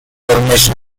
information